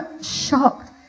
shocked